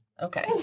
Okay